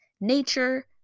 nature